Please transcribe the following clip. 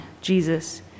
Jesus